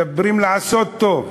מדברים על לעשות טוב,